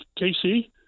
KC